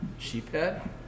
Sheephead